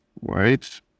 wait